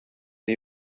new